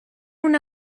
una